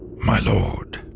my lord.